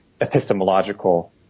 epistemological